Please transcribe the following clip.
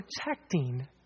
protecting